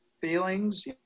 feelings